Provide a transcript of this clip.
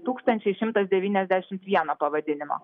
tūkstančiai šimtas devyniasdešim vieno pavadinimo